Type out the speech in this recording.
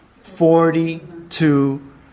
Forty-two